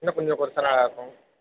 இன்னும் கொஞ்சம் கொறைச்சா நல்லா இருக்கும்